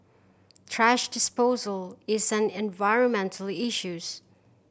thrash disposal is an environmental issues